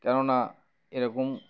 কেন না এরকম